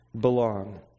belong